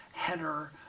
header